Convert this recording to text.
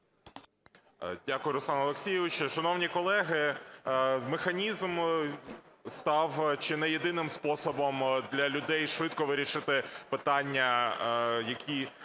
Дякую, Руслане Олексійовичу. Шановні колеги, механізм став чи не єдиним способом для людей швидко вирішити питання, які